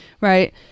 Right